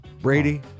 Brady